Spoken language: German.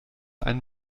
ein